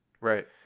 right